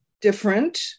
different